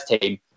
team